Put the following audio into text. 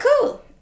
cool